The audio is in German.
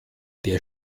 der